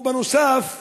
בנוסף,